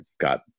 got